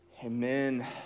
Amen